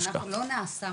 יש ויש, אנחנו יודעים